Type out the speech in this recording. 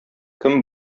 кем